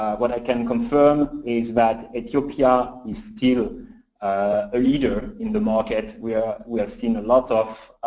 what i can confirm is that ethiopia is still a leader in the market. we are we are seeing a lot of,